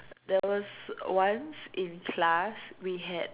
there was once in class we had